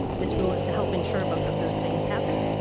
this rule is to help ensure both of those things happen.